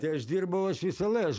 tai aš dirbau aš visalai aš